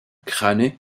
crane